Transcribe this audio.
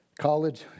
College